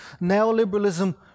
neoliberalism